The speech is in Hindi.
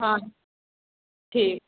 हाँ ठीक